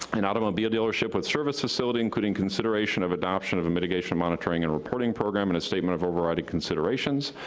an automobile dealership with service facility, including consideration of adoption of a mitigation monitoring and reporting program, and a statement of overriding considerations,